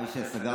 נראה שסגרנו,